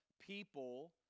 people